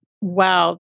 Wow